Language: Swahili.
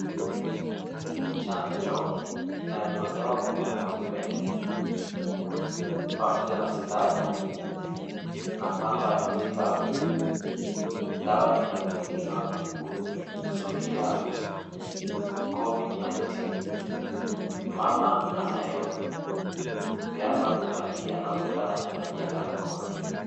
Chanjo inayotolewa kwa mwanaume pamoja na sindano na pamba ya matibabu. Dawa inatumiwa kuzuia Covid-19. Mama anayepeana huduma hii anaonekana kuvalia barakoa.